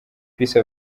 peace